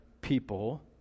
people